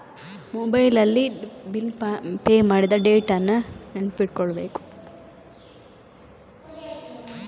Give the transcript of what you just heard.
ನನಗೆ bill pay ಮಾಡ್ಲಿಕ್ಕೆ ಕೆಲವೊಮ್ಮೆ ನೆನಪಾಗುದಿಲ್ಲ ಅದ್ಕೆ ಎಂತಾದ್ರೂ ರಿಮೈಂಡ್ ಒಪ್ಶನ್ ಉಂಟಾ